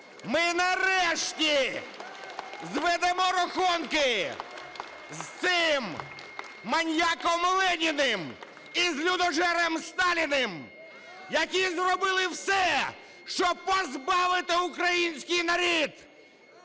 Ми, нарешті, зведемо рахунки з цим маніяком Леніним і з людожером Сталіним, які зробили все, щоб позбавити український народ